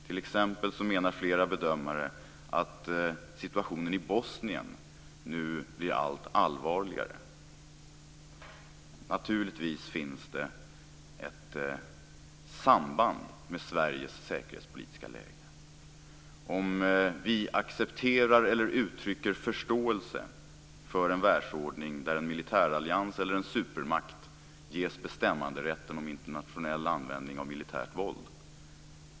T.ex. menar flera bedömare att situationen i Bosnien nu blir allt allvarligare. Naturligtvis finns det ett samband med Sveriges säkerhetspolitiska läge om vi accepterar eller uttrycker förståelse för en världsordning där en militärallians eller en supermakt ges bestämmanderätten om internationell användning av militärt våld.